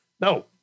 No